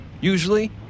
usually